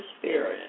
Spirit